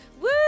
woo